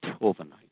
overnight